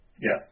Yes